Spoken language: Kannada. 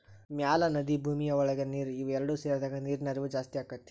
ಮ್ಯಾಲ ನದಿ ಭೂಮಿಯ ಒಳಗ ನೇರ ಇವ ಎರಡು ಸೇರಿದಾಗ ನೇರಿನ ಹರಿವ ಜಾಸ್ತಿ ಅಕ್ಕತಿ